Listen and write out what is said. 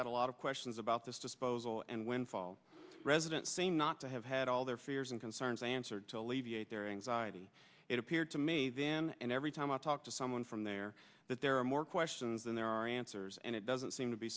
had a lot of questions about this disposal and windfall residents say not to have had all their fears and concerns answered to alleviate their anxiety it appeared to me then and every time i talk to someone from there that there are more questions than there are answers and it doesn't seem to be